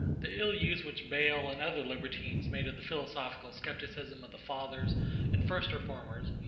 the ill use which bayle and other libertines made of the philosophical scepticism of the fathers and first reformers,